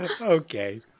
Okay